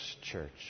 church